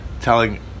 telling